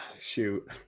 Shoot